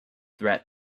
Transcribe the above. threat